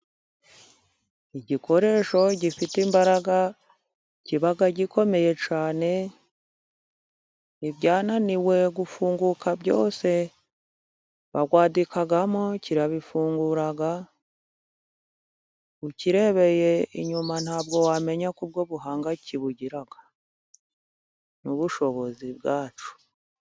Igikoresho gifite imbaraga kiba gikomeye cyane. Ibyananiwe gufunguka byose bagwadikamo kirabifungura. Ukirebeye inyuma ntabwo wamenya ko ubwo buhanga kibugira n'ubushobozi bwacyo.